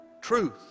Truth